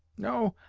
no,